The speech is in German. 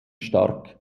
stark